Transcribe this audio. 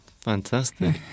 Fantastic